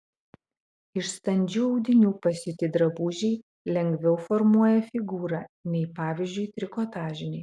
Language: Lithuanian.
iš standžių audinių pasiūti drabužiai lengviau formuoja figūrą nei pavyzdžiui trikotažiniai